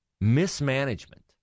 mismanagement